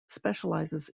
specializes